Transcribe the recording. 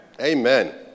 Amen